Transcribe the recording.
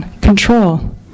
control